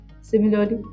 Similarly